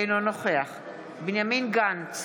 אינו נוכח בנימין גנץ,